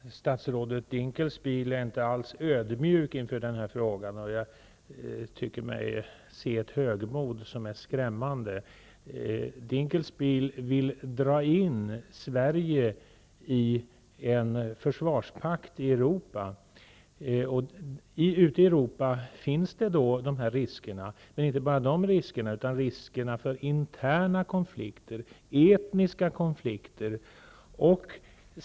Herr talman! Statsrådet Dinkelspiel är inte alls ödmjuk inför denna fråga. Jag tycker mig se ett högmod som är skrämmande. Dinkelspiel vill dra in Sverige i en försvarspakt i Europa. I Europa finns vissa risker, men också risker för interna, etniska konflikter.